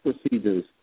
procedures